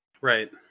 Right